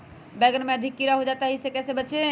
बैंगन में अधिक कीड़ा हो जाता हैं इससे कैसे बचे?